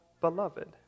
beloved